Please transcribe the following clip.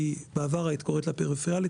בעבר היית קוראת לה פריפריאלית,